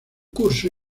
curso